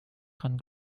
dran